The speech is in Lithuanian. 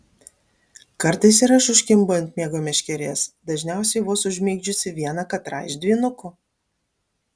kartais ir aš užkimbu ant miego meškerės dažniausiai vos užmigdžiusi vieną katrą iš dvynukų